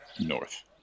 north